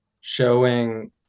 showing